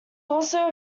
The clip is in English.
also